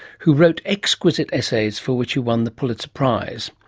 who wrote exquisite essays for which he won the pulitzer prize.